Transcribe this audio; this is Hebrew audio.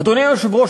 אדוני היושב-ראש,